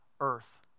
earth